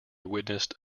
witnessed